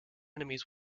enemies